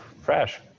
fresh